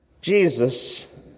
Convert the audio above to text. Jesus